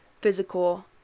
physical